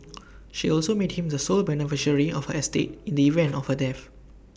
she also made him the sole beneficiary of her estate in the event of her death